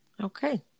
Okay